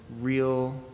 real